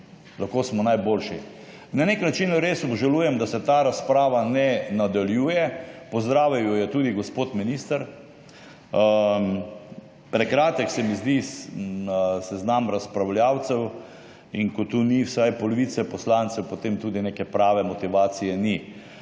Lahko smo najboljši. Na nek način res obžalujem, da se ta razprava ne nadaljuje. Pozdravil jo je tudi gospod minister. Prekratek se mi zdi seznam razpravljavcev. In ko tu ni vsaj polovice poslancev, potem tudi neke prave motivacije ni.